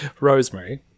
Rosemary